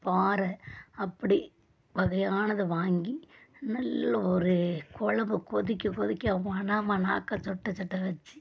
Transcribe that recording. பாறை அப்படி வகையானதை வாங்கி நல்ல ஒரு கொழம்பு கொதிக்க கொதிக்க நாக்கை சொட்ட சொட்ட வச்சு